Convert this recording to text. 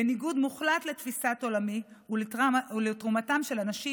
בניגוד מוחלט לתפיסת עולמי ולתרומתן של הנשים